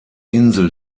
insel